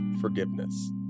forgiveness